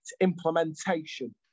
implementation